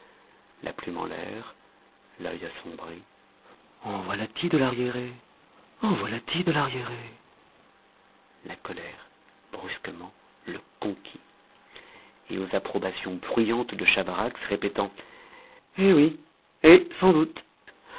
la plume en l'air l'œil assombri en voilà t'y de l'arriéré en voilà t'y de l'arriéré la colère brusquement le conquit et aux approbations bruyantes de chavarax répétant eh oui eh sans doute